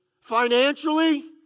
Financially